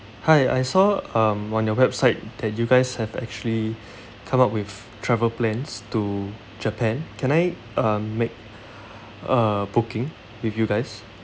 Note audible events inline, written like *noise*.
hi I saw um on your website that you guys have actually *breath* come up with travel plans to japan can I um make *breath* a booking with you guys